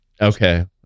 Okay